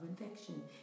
infection